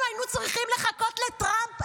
אנחנו היינו צריכים לחכות לטראמפ?